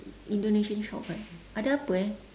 indonesian shop right ada apa eh